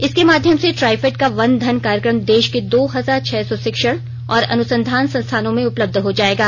इसके माध्यम से ट्राइफेड का वन धन कार्यक्रम देश के दो हजार छह सौ शिक्षण और अनुसंधान संस्थानों में उपलब्ध हो जाएगा